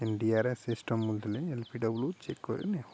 ଇଣ୍ଡିଆରେ system L P W check କରି ନିଅନ୍ତି